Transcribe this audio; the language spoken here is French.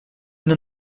n’en